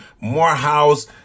Morehouse